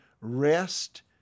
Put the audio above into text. rest